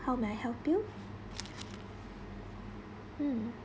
how may I help you mm